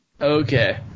Okay